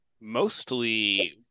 mostly